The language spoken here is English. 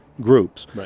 groups